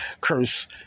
Curse